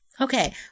Okay